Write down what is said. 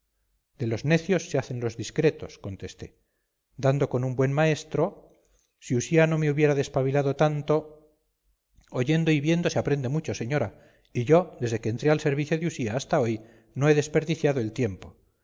de los necios se hacen los discretos contesté dando con un buen maestro si usía no me hubiera despabilado tanto oyendo y viendo se aprende mucho señora y yo desde que entré al servicio de usía hasta hoy no he desperdiciado el tiempo